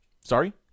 Sorry